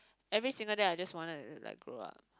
every single day I just wanted like grow up